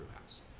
house